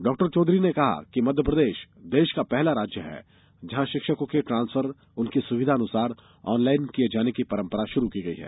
डॉ चौधरी ने कहा कि मध्यप्रदेश देश का पहला राज्य है जहाँ शिक्षकों के ट्रान्सफर उनकी सुविधा अनुसार ऑनलाइन किये जाने की परंपरा की शुरूआत की गयी है